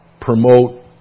promote